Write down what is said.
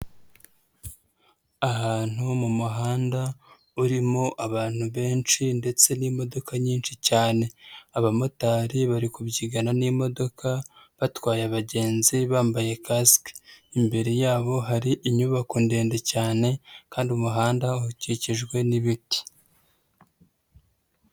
Ahantu ho mu muhanda urimo abantu benshi ndetse n'imodoka nyinshi cyane, abamotari bari kubyigana n'imodoka batwaye abagenzi bambaye kasike, imbere yabo hari inyubako ndende cyane kandi umuhanda ukikijwe n'ibiti.